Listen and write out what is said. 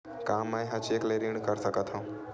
का मैं ह चेक ले ऋण कर सकथव?